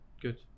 good